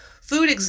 Food